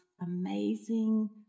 amazing